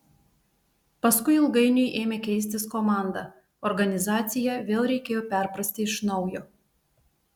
paskui ilgainiui ėmė keistis komanda organizaciją vėl reikėjo perprasti iš naujo